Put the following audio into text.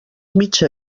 mitja